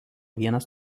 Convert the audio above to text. vienas